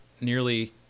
Nearly